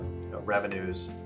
Revenues